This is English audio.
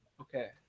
Okay